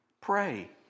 Pray